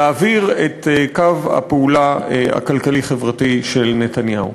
להעביר את קו הפעולה הכלכלי-חברתי של נתניהו.